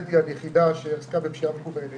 פיקדתי על יחידה שעסקה בפשיעה מקוונת